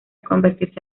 convertirse